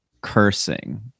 cursing